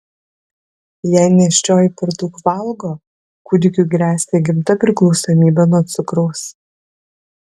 jei nėščioji per daug valgo kūdikiui gresia įgimta priklausomybė nuo cukraus